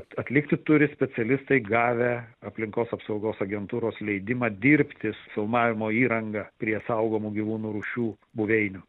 atlikti turi specialistai gavę aplinkos apsaugos agentūros leidimą dirbti su filmavimo įranga prie saugomų gyvūnų rūšių buveinių